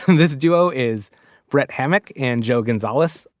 and this duo is brett hammock and joe gonzalez,